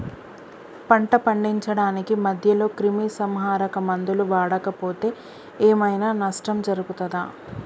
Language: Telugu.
పంట పండించడానికి మధ్యలో క్రిమిసంహరక మందులు వాడకపోతే ఏం ఐనా నష్టం జరుగుతదా?